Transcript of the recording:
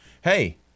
hey